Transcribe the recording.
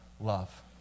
love